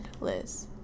Liz